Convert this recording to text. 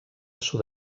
sud